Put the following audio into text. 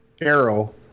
arrow –